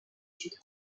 sud